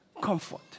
comfort